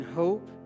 hope